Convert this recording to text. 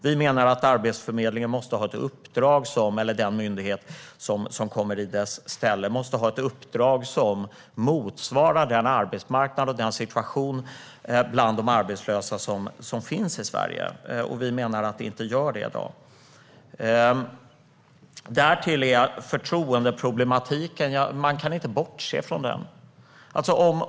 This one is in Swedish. Vi menar att Arbetsförmedlingen eller den myndighet som kommer i dess ställe måste ha ett uppdrag som motsvarar den arbetsmarknad och den situation bland de arbetslösa som finns i Sverige. Vi menar att den inte har det i dag. Därtill kan vi inte bortse från förtroendeproblematiken.